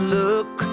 look